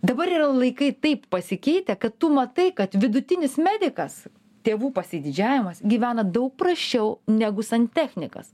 dabar yra laikai taip pasikeitę kad tu matai kad vidutinis medikas tėvų pasididžiavimas gyvena daug prasčiau negu santechnikas